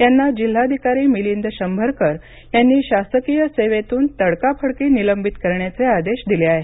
यांना जिल्हाधिकारी मिलिंद शंभरकर यांनी शासकीय सेवेतून तडकाफडकी निलंबित करण्याचे आदेश दिले आहेत